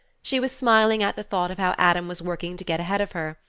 she was smiling at the thought of how adam was working to get ahead of her,